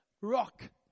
Rock